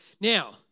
Now